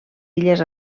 illes